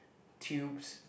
tubes